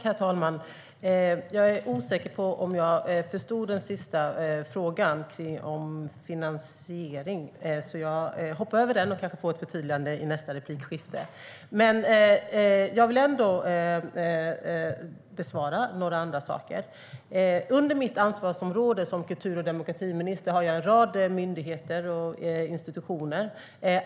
Herr ålderspresident! Jag är osäker på om jag förstod den sista frågan om finansiering, så jag hoppar över den. Jag kanske får ett förtydligande i nästa inlägg. Men jag vill ändå besvara några andra saker. Under mitt ansvarsområde som kultur och demokratiminister har jag en rad myndigheter och institutioner.